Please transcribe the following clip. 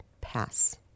pass